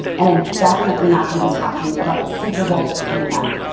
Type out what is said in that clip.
and i'm definitely not gonna be talking about the super bowl that's coming up.